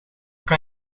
kan